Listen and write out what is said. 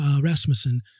Rasmussen